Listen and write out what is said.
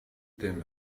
than